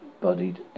bodied